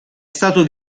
stato